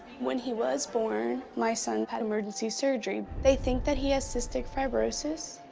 when he was born, my son had emergency surgery. they think that he has cystic fibrosis.